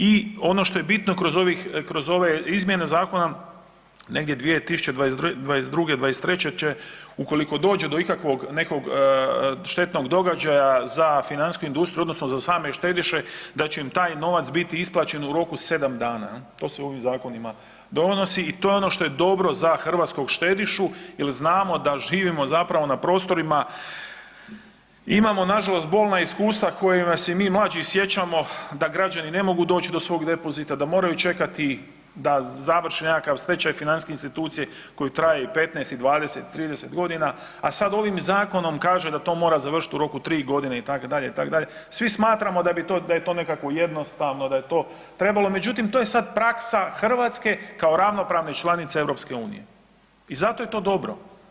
I ono što je bitno kroz ove izmjene zakona negdje 2022., 2023. će ukoliko dođe do ikakvog nekog štetnog događaja za financijsku industriju odnosno za same štediše da će im taj novac biti isplaćen u roku sedam dana, to se ovim zakonima donosi i to je ono što je dobro za hrvatskog štedišu jel znamo da živimo na prostorima, imamo nažalost bolna iskustva kojih se i mi mlađi sjećamo da građani ne mogu doć do svog depozita, da moraju čekati da završi nekakav stečaj financijske institucije koji traje 15, 20, 30 godina, a sada ovim zakonom kaže da to mora završiti u roku tri godine itd., itd. svi smatramo da je to nekako jednostavno da je to trebalo, međutim to je sad praksa Hrvatske kao ravnopravne članice EU i zato je to dobro.